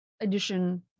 edition